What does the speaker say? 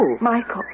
Michael